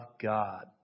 God